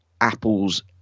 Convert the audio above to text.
Apple's